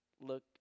look